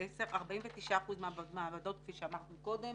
49% מהמעבדות כפי שאמרתי קודם,